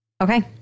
Okay